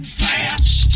fast